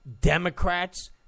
Democrats